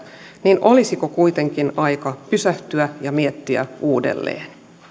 niin olisiko kuitenkin aika pysähtyä ja miettiä uudelleen